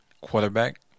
quarterback